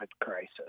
crisis